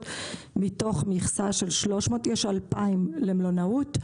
מתוך מכסה של 300. יש 2,000 למלונאות,